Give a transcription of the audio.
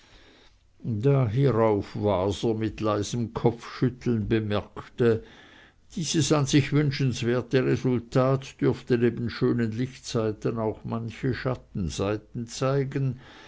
hierauf waser mit leisem kopfschütteln bemerkte dieses an sich wünschenswerte resultat dürfte neben schönen lichtseiten auch manche schattenseiten zeigen